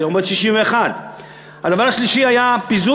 זה עומד על 61. הדבר השלישי היה פיזור